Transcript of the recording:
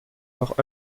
doch